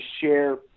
share